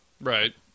Right